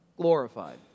glorified